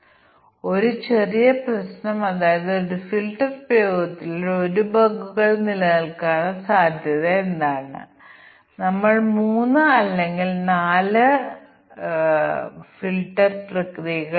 എന്തായാലും നിങ്ങൾ ഈ ഉപകരണം ഡൌൺലോഡ് ചെയ്ത് പ്രവർത്തിപ്പിക്കുകയാണെങ്കിൽ അത് ഉപയോഗപ്രദമാകും അത് വളരെ എളുപ്പമുള്ള ചെറിയ ഉപകരണമാണ്